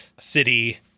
city